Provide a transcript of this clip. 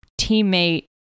teammate